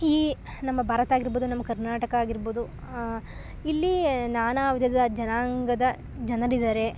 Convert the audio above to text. ಈ ನಮ್ಮ ಭಾರತ ಆಗಿರಬೌದು ನಮ್ಮ ಕರ್ನಾಟಕ ಆಗಿರಬೌದು ಇಲ್ಲಿ ನಾನಾ ವಿಧದ ಜನಾಂಗದ ಜನರಿದ್ದಾರೆ